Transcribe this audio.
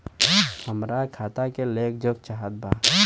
हमरा खाता के लेख जोखा चाहत बा?